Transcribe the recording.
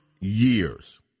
years